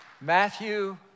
Matthew